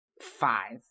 five